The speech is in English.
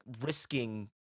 risking